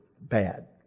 bad